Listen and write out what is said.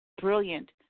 brilliant